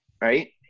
right